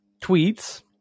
tweets